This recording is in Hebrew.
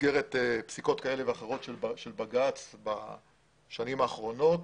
במסגרת פסיקות כאלה ואחרות של בג"ץ בשנים האחרונות